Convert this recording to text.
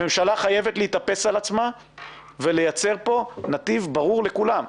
הממשלה חייבת להתאפס על עצמה ולייצר נתיב ברור לכולם,